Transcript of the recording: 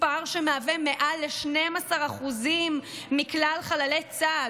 מספר שמהווה מעל ל-12% מכלל חללי צה"ל,